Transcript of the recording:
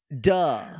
duh